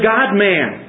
God-man